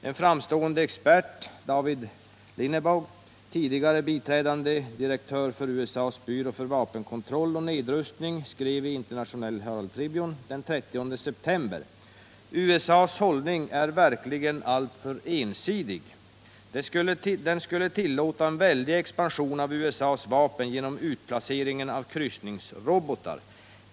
En framstående expert som David Linebaugh, tidigare biträdande direktör för USA:s byrå för vapenkontroll och nedrustning, skrev i International Herald Tribune den 30 september: USA:s hållning är verkligen alltför ensidig. Den skulle tillåta en väldig expansion av USA:s vapen genom utplaceringen av kryssningsrobotar.